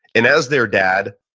and as their dad,